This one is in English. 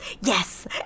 yes